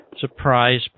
surprise